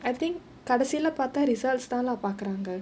I think கடைசில்ல பாத்தா:kadasila paathaa results தானே பாக்கறாங்க:dhanae paakkaraanga